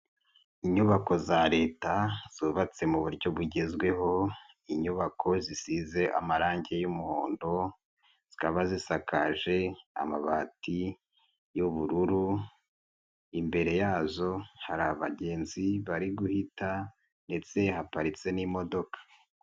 Inyubako za leta zubatse mu buryo bugezweho, inyubako zisize amarangi y'umuhondo, zikaba zisakaje amabati y'ubururu, imbere yazo hari abagenzi bari guhita ndetse haparitse n'imodoka.